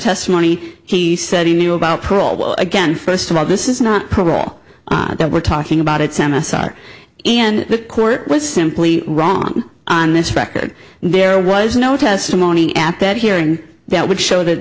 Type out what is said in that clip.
testimony he said he knew about parole again first of all this is not probable that we're talking about it sam asar and the court was simply wrong on this record there was no testimony at that hearing that would show that